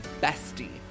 bestie